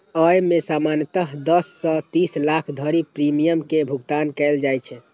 अय मे सामान्यतः दस सं तीस साल धरि प्रीमियम के भुगतान कैल जाइ छै